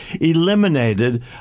eliminated